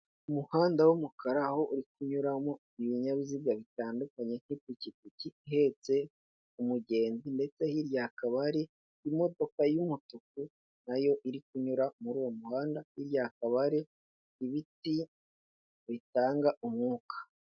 Umuhanda w'umukara aho uri kunyuramo ibinyabiziga bitandukanye n'ipikipiki ihetse umugenzi ndetse hirya hakaba hari imodoka y'umutuku nayo iri kunyura muri uwo muhanda hirya hakaba hari ibiti bitanga umwuka.